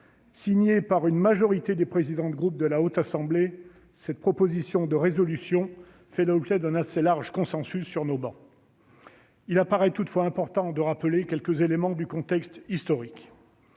Signée par une majorité des présidents de groupe de la Haute Assemblée, cette proposition de résolution fait l'objet d'un assez large consensus sur nos travées. Il apparaît cependant important de rappeler quelques éléments de contexte historique.